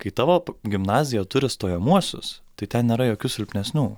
kai tavo gimnazija turi stojamuosius tai ten nėra jokių silpnesnių